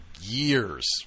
years